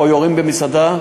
או יורים במסעדה,